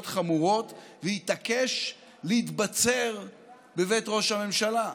חמורות ויתעקש להתבצר בבית ראש הממשלה.